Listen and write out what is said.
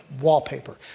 wallpaper